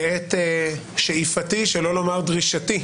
ואת שאיפתי שלא לומר דרישתי,